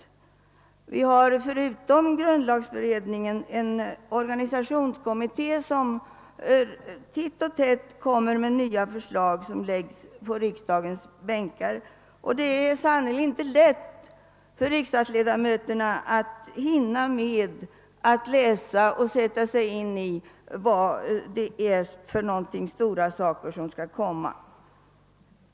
Vi har förutom grundlagberedningen en organisationskommitté som titt och tätt lägger nya förslag på riksdagens bord, och det är sannerligen inte lätt för riksdagsledamöterna att hinna med att läsa och sätta sig in i de stora förändringar som föreslås.